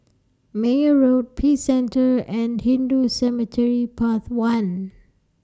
Meyer Road Peace Centre and Hindu Cemetery Path one